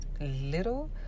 little